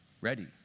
ready